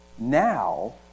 Now